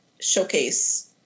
showcase